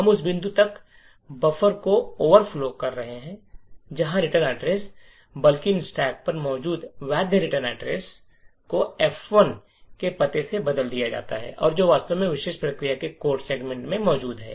हम उस बिंदु तक बफर को ओवरफ्लो कर रहे हैं जहां रिटर्न एड्रेस बल्कि स्टैक पर मौजूद वैध रिटर्न एड्रेस को F1 के पते से बदल दिया जाता है जो वास्तव में विशेष प्रक्रिया के कोड सेगमेंट में मौजूद है